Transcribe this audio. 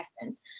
essence